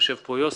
יושב פה יוסי,